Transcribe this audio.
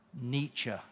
Nietzsche